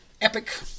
epic